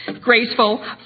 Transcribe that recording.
graceful